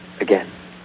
again